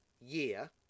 year